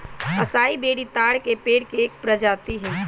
असाई बेरी ताड़ के पेड़ के एक प्रजाति हई